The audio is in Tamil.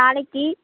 நாளைக்கு